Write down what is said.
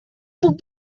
puc